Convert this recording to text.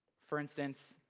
for instance,